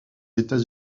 états